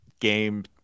game